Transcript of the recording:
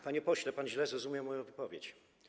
Panie pośle, pan źle zrozumiał moją wypowiedź.